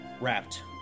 wrapped